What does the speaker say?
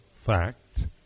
fact